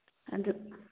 ꯑꯗꯨ